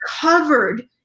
covered